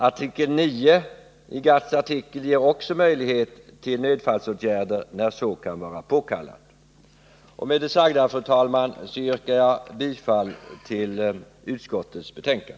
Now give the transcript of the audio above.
Artikel IX i GATT:s avtal ger också möjlighet till nödfallsåtgärder när så kan vara påkallat. Med det sagda, fru talman, yrkar jag bifall till utskottets hemställan.